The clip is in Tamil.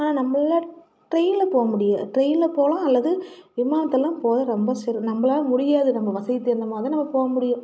ஆனால் நம்பள்ள டிரெயினில் போக முடியா டிரெயினில் போகலாம் அல்லது விமானத்தில்தான் போக ரொம்ப சிரம் நம்பளால் முடியாது நம்ம வசதிக்கு தகுந்த மாதிரிதான் நம்ம போக முடியும்